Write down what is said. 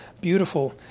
beautiful